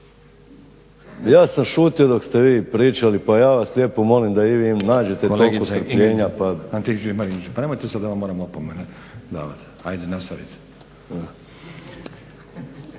Ja sam šutio dok ste vi pričali pa ja vas lijepo molim da i vi nađete toliko strpljenja